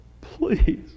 please